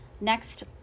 Next